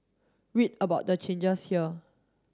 read about the changes here